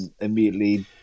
immediately